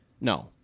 No